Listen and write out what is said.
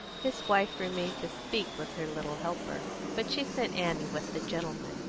his wife remained to speak with her little helper, but she sent annie with the gentlemen.